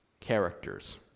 characters